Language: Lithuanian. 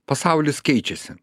pasaulis keičiasi